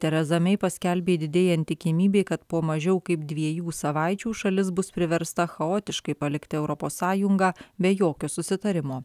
teraza mei paskelbė didėjant tikimybei kad po mažiau kaip dviejų savaičių šalis bus priversta chaotiškai palikti europos sąjungą be jokio susitarimo